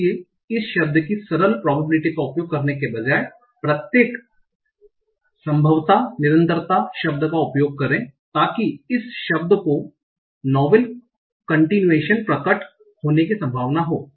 इसलिए इस शब्द की सरल probability का उपयोग करने के बजाय प्रत्येक संभाव्यता निरंतरता शब्द का उपयोग करे ताकि इस शब्द को नॉवेल कंटीनुयाशन प्रकट होने की संभावना हो